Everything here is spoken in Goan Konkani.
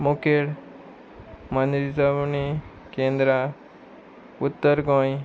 मुखेल मनरिजवणी केंद्रा उत्तर गोंय